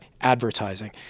advertising